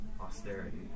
austerity